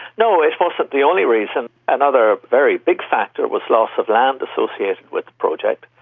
no, it wasn't the only reason. another very big factor was loss of land associated with the project.